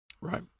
Right